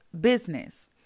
business